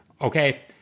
okay